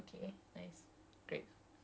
yes I know ya